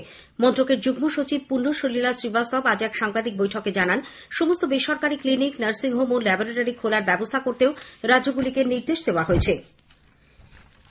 স্বরাষ্ট্র মন্ত্রকের যুগ্ম সচিব পুন্যসলিলা শ্রীবাস্তব আজ এক সাংবাদিক বৈঠকে জানান সমস্ত বেসরকারি ক্লিনিক নার্সিংহোম ও ল্যাবরোটারি খোলার ব্যাবস্থা করতেও রাজ্যগুলিকে নির্দেশ দেওয়া হয়েছে